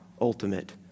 ultimate